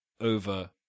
over